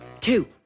two